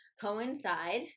coincide